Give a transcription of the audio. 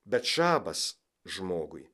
bet šabas žmogui